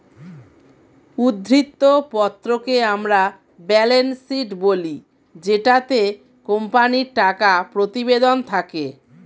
উদ্ধৃত্ত পত্রকে আমরা ব্যালেন্স শীট বলি জেটাতে কোম্পানির টাকা প্রতিবেদন থাকে